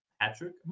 Patrick